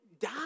die